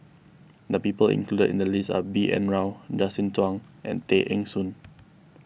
the people included in the list are B N Rao Justin Zhuang and Tay Eng Soon